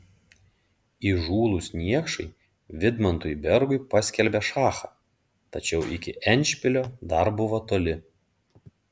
įžūlūs niekšai vidmantui bergui paskelbė šachą tačiau iki endšpilio dar buvo toli